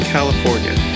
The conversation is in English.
California